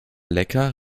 lecker